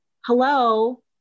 Hello